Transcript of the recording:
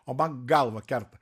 o man galvą kerta